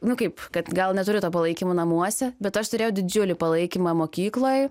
nu kaip kad gal neturiu to palaikymo namuose bet aš turėjau didžiulį palaikymą mokykloj